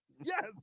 Yes